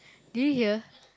do you hear